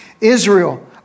Israel